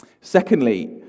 Secondly